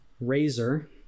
Razor